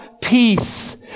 peace